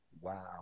Wow